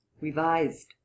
revised